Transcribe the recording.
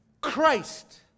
Christ